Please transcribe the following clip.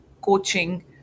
coaching